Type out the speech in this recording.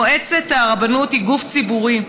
מועצת הרבנות היא גוף ציבורי,